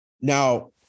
Now